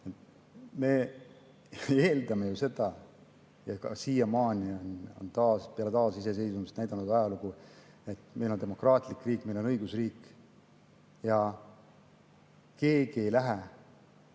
Me eeldame ju seda ja siiamaani on peale taasiseseisvumist ajalugu näidanud, et meil on demokraatlik riik, õigusriik ja keegi ei lähe